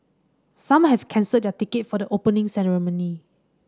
some have cancelled their ticket for the Opening Ceremony